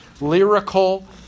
lyrical